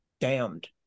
damned